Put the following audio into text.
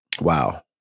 Wow